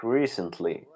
recently